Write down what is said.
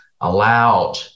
allowed